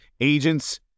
agents